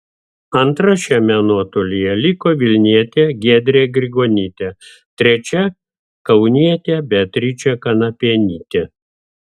antra šiame nuotolyje liko vilnietė giedrė grigonytė trečia kaunietė beatričė kanapienytė